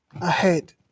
ahead